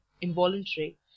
involuntary